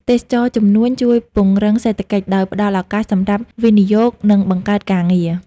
ទេសចរណ៍ជំនួញ ជួយពង្រឹងសេដ្ឋកិច្ច ដោយផ្តល់ឱកាសសម្រាប់វិនិយោគ និងបង្កើតការងារ។